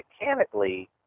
mechanically